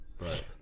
Right